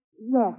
Yes